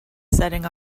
setting